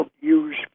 use